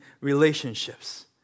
relationships